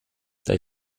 they